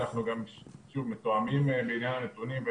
אנחנו גם מתואמים בעניין הנתונים,